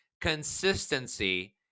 consistency